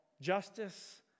justice